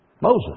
Moses